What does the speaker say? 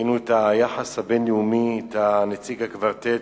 ראינו את היחס הבין-לאומי, את נציג הקוורטט,